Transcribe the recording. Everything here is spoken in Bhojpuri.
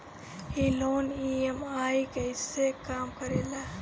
ई लोन ई.एम.आई कईसे काम करेला?